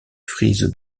frise